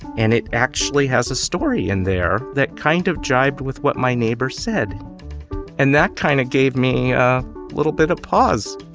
and it actually has a story in there that kind of jibed with what my neighbor said and that kind of gave me a little bit of pause.